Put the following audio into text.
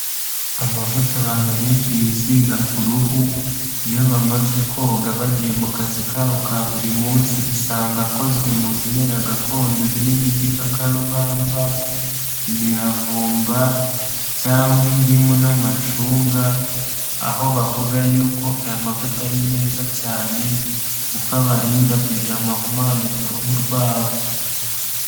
Amavuta abantu benshi bisiga ku ruhu, iyo bamaze koga bagiye mu kazi kabo ka buri munsi usanga akozwe mu bimera gakondo birimo igikakarubamba, imiravumba, cyangwa indimu n'amacunga, aho bavuga yuko aya mavuta ari meza cyane, kuko abarinda kugira amahumane ku ruhu rwabo.